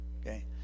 okay